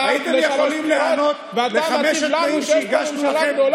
הייתם יכולים להיענות לחמשת התנאים שהגשנו לכם.